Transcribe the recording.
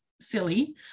silly